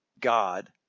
God